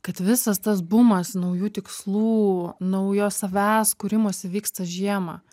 kad visas tas bumas naujų tikslų naujo savęs kūrimosi vyksta žiemą